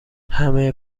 همه